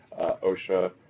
OSHA